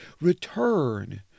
Return